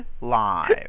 live